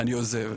- אני עוזב.